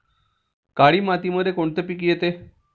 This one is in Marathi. काळी मातीमध्ये कोणते पिके येते?